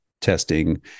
testing